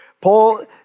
Paul